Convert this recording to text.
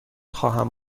خواهم